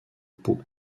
pau